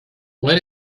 why